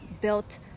built